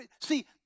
See